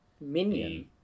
minion